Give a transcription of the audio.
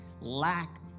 lack